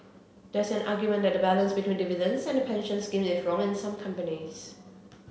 there's an argument that the balance between dividends and the pension scheme is wrong in some companies